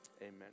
amen